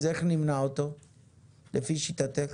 אז איך נמנע אותו לפי שיטתי?